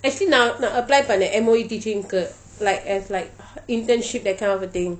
actually நான் நான்:naan naan apply பன்னேன்:pannen M_O_E teaching க்கு:ku like as like internship that kind of a thing